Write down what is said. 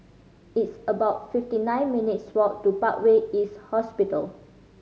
it's about fifty nine minutes' walk to Parkway East Hospital